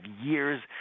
years